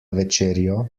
večerjo